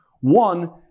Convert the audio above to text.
One